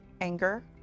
anger